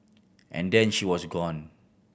and then she was gone